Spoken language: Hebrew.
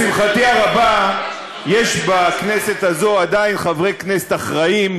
אז לשמחתי הרבה יש בכנסת הזאת עדיין חברי כנסת אחראיים,